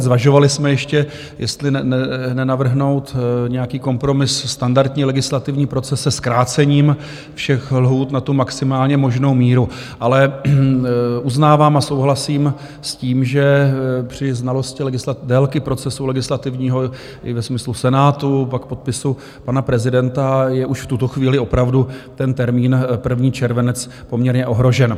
Zvažovali jsme ještě, jestli nenavrhnout nějaký kompromis, standardní legislativní proces se zkrácením všech lhůt na tu maximálně možnou míru, ale uznávám a souhlasím s tím, že při znalosti délky procesu legislativního i ve smyslu Senátu, pak podpisu pana prezidenta, je už v tuto chvíli opravdu ten termín 1. červenec poměrně ohrožen.